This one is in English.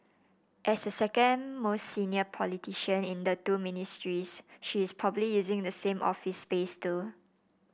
as the second most senior politician in the two Ministries she is probably using the same office space too